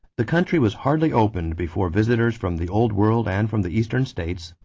the country was hardly opened before visitors from the old world and from the eastern states,